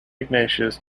ignatius